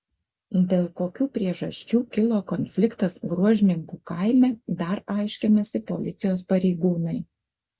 dėl kokių priežasčių kilo konfliktas gruožninkų kaime dar aiškinasi policijos pareigūnai